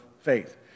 Faith